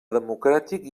democràtic